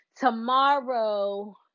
Tomorrow